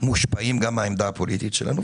מושפעים גם מן העמדה הפוליטית שלנו?